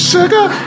Sugar